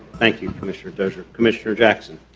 thank you commissioner dozier, commissioner jackson.